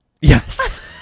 Yes